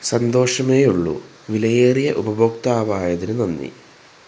സന്താഷമേയുള്ളൂ വിലയേറിയ ഉപഭോക്താവായതിന് നന്ദി